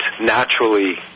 naturally